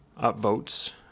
upvotes